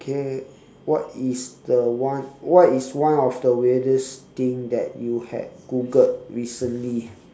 okay what is the one what is one of the weirdest thing that you had googled recently